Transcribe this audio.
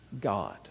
God